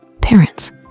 Parents